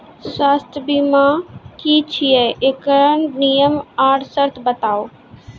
स्वास्थ्य बीमा की छियै? एकरऽ नियम आर सर्त बताऊ?